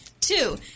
Two